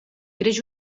creix